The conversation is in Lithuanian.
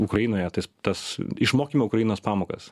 ukrainoje tas tas išmokime ukrainos pamokas